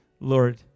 Lord